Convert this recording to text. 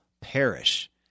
perish